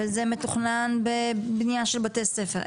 וזה מתוכנן בבניה של בתי-ספר,